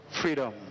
freedom